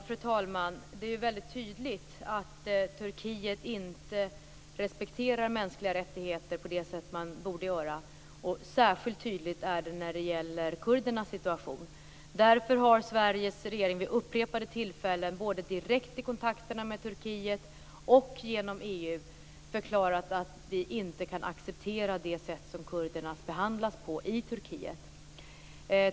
Fru talman! Det är väldigt tydligt att Turkiet inte respekterar mänskliga rättigheter på det sätt som man där borde göra. Särskilt tydligt är det när det gäller kurdernas situation. Därför har Sveriges regering vid upprepade tillfällen både direkt i kontakterna med Turkiet och genom EU förklarat att vi inte kan acceptera det sätt som kurderna behandlas på i Turkiet.